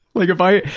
like if i,